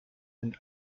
and